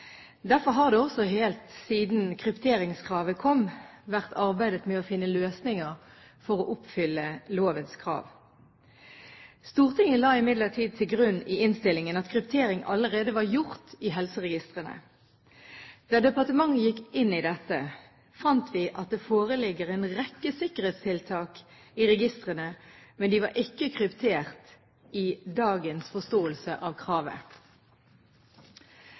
Derfor har det også helt siden krypteringskravet kom, vært arbeidet med å finne løsninger for å oppfylle lovens krav. Stortinget la imidlertid til grunn i innstillingen at kryptering allerede var gjort i helseregistrene. Da departementet gikk inn i dette, fant vi at det foreligger en rekke sikkerhetstiltak i registrene, men de var ikke kryptert i dagens forståelse av kravet.